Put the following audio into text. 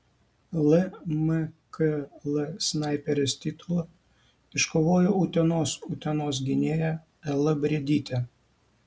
lmkl snaiperės titulą iškovojo utenos utenos gynėja ela briedytė